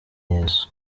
yesu